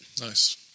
Nice